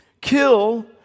kill